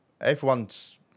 everyone's